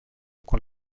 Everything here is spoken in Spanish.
con